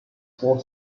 four